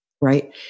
right